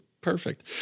perfect